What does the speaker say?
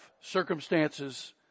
Circumstances